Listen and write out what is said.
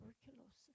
tuberculosis